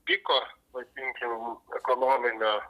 piko vadinkim ekonominio